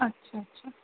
अच्छा अच्छा